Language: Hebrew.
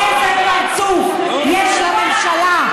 איזה פרצוף יש לממשלה?